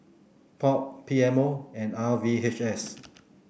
POP P M O and R V H S